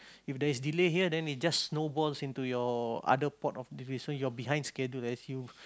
if there is delay here then it just snowballs into your other port of division you're behind schedule as you